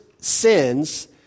sins